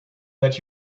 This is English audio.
that